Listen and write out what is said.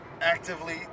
actively